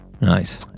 Nice